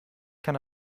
kann